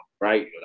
Right